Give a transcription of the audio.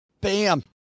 Bam